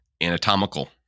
anatomical